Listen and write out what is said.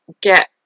get